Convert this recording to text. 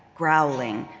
growling,